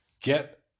Get